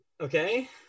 Okay